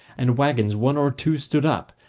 and waggons one or two stood up,